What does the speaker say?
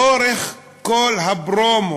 לאורך כל הפרומו,